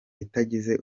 itagize